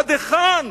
עד היכן,